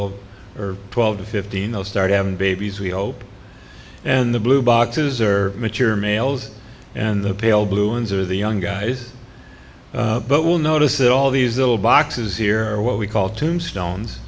old or twelve to fifteen they'll start having babies we hope and the blue boxes are mature males and the pale blue ones or the young guys but will notice all these little boxes here what we call tombstones